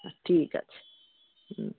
হ্যাঁ ঠিক আছে হুম